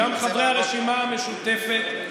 גם חברי הרשימה המשותפת,